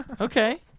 Okay